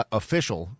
official